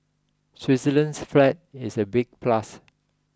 Switzerland's flag is a big plus